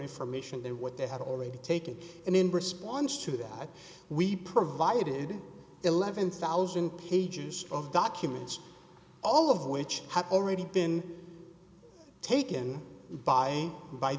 information than what they have already taken in in response to that we provided eleven thousand pages of documents all of which have already been taken by by